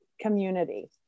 community